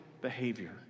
behavior